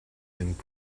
and